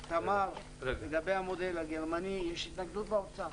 תמר, לגבי המודל הגרמני, יש התנגדות באוצר.